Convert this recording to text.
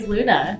Luna